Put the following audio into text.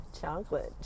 chocolate